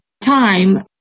time